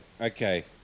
Okay